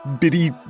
bitty